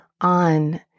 on